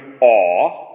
awe